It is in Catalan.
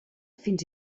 fins